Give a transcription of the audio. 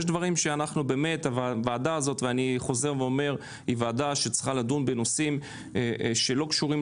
אני חוזר ואומר שהוועדה הזאת היא ועדה שצריכה לדון בנושאים שלא קשורים